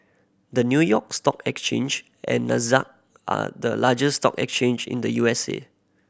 the New York Stock Exchange and Nasdaq are the largest stock exchange in the U S A